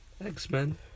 X-Men